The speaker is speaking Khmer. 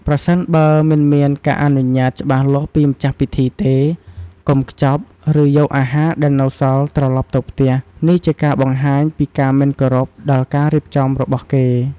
ប្រសិនបើមិនមានការអនុញ្ញាតច្បាស់លាស់ពីម្ចាស់ពិធីទេ កុំខ្ចប់ ឬយកអាហារដែលនៅសល់ត្រឡប់ទៅផ្ទះ នេះជាការបង្ហាញពីការមិនគោរពដល់ការរៀបចំរបស់គេ។